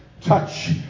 touch